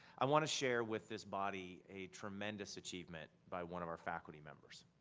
i wanna share with this body a tremendous achievement by one of our faculty members.